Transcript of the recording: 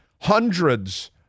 hundreds